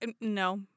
no